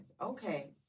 Okay